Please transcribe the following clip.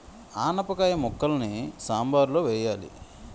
ఆనపకాయిల ముక్కలని సాంబారులో వెయ్యాలి